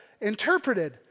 interpreted